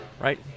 Right